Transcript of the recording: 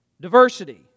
Diversity